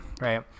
Right